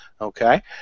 okay